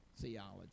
theology